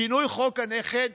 שינוי חוק הנכד,